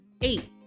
eight